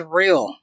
real